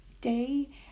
day